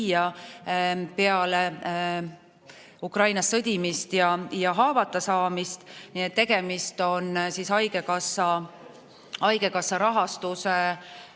siia peale Ukrainas sõdimist ja haavata saamist. Nii et tegemist on haigekassa rahastuse